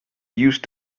use